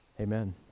amen